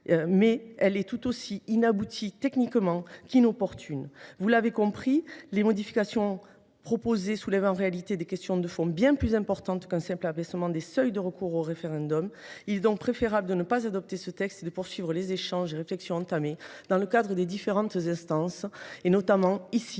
elle est tout aussi inaboutie techniquement qu’inopportune. Vous l’aurez compris, les modifications proposées soulèvent, en réalité, des questions de fond bien plus importantes qu’un simple abaissement des seuils de recours au référendum d’initiative partagée. Il convient donc de ne pas adopter ce texte, mais de poursuivre les échanges et les réflexions engagés dans le cadre des différentes instances républicaines et notamment ici,